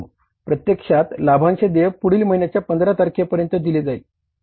परंतु प्रत्यक्षात लाभांश देय पुढील महिन्याच्या 15 तारखेपर्यंत दिले जाईल